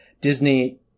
Disney